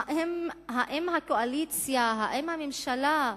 האם הקואליציה, האם הממשלה,